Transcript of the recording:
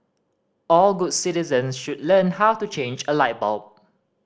all good citizen should learn how to change a light bulb